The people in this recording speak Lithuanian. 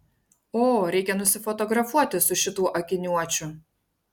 o reikia nusifotografuoti su šituo akiniuočiu